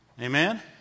Amen